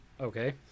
Okay